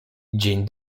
dzień